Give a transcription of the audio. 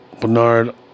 Bernard